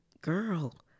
girl